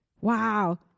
Wow